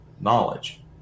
knowledge